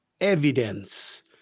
evidence